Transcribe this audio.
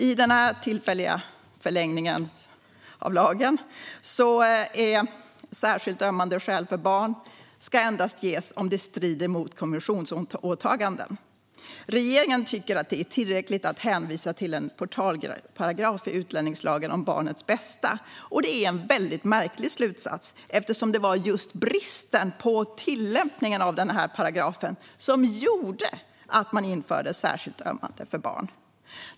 I den tillfälliga förlängningen av lagen ska man endast göra undantag vid särskilt ömmande skäl för barn om det strider mot konventionsåtaganden. Regeringen tycker att det är tillräckligt att hänvisa till en portalparagraf i utlänningslagen om barnets bästa. Det är en väldigt märklig slutsats, eftersom det var just bristen på tillämpningen av den paragrafen som gjorde att man införde regeln om särskilt ömmande skäl för barn.